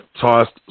tossed